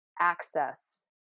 Access